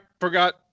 forgot